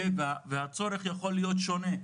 הצורך יכול להיות שונה,